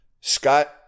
Scott